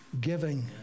giving